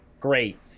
Great